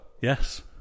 Yes